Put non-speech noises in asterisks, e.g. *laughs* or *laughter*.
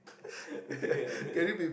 *laughs* okay ah like that